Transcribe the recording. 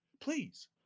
please